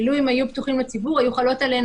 כי לו הם היו פתוחים לציבור היו חלות עליהן